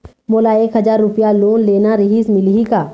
मोला एक हजार रुपया लोन लेना रीहिस, मिलही का?